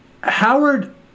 Howard